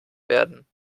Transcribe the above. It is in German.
werden